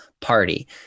party